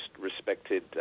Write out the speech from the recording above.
respected